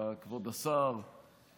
כבוד השר,